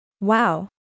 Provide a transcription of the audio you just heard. Wow